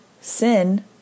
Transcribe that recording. sin